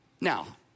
Now